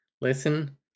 listen